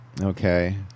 Okay